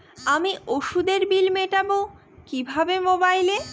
আমি ওষুধের বিল মেটাব কিভাবে মোবাইলে?